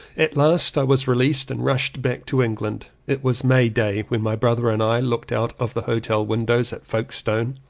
at last i was released and rushed back to england. it was may day when my brother and i looked out of the hotel windows at folkestone.